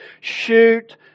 shoot